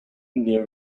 near